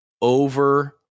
over